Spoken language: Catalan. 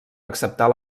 acceptar